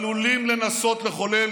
עלולים לנסות לחולל